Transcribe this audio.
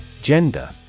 Gender